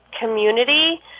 community